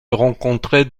rencontrer